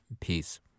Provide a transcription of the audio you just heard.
Peace